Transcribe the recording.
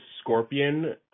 Scorpion